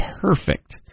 perfect